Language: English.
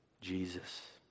Jesus